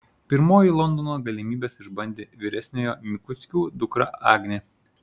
pirmoji londono galimybes išbandė vyresniojo mikuckių dukra agnė